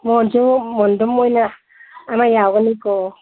ꯃꯣꯟꯁꯨ ꯃꯣꯟꯗꯨꯝ ꯑꯣꯏꯅ ꯑꯃ ꯌꯥꯎꯒꯅꯤꯀꯣ